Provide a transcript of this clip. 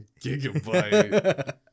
Gigabyte